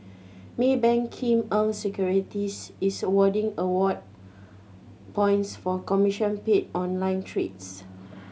Maybank Kim Eng Securities is awarding award points for commission paid on online trades